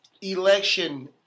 election